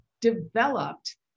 developed